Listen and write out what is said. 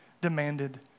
demanded